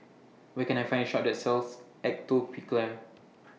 Where Can I Find A Shop that sells Atopiclair